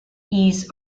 ease